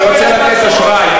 אני רוצה לתת אשראי.